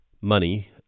money